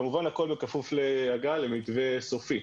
כמובן הכול בכפוף להגעה למתווה סופי.